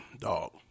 Dog